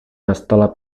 nastala